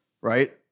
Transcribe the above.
right